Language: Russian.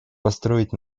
построить